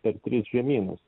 per tris žemynus